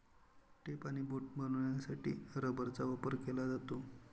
tape आणि boot बनवण्यासाठी रबराचा वापर केला जातो